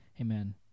amen